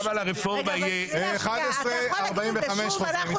גם על הרפורמה יהיה --- בשעה 11:45 חוזרים.